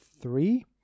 three